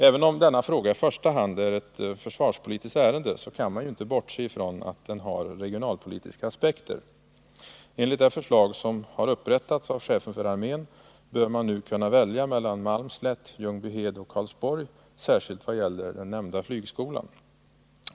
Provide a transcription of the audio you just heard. Även om denna fråga i första hand är ett rent försvarspolitiskt ärende, kan man inte bortse från att den också har regionalpolitiska aspekter. Enligt det förslag som har upprättats av chefen för armén bör man nu kunna välja mellan Malmslätt, Ljungbyhed och Karlsborg, särskilt vad gäller den nämnda flygskolan.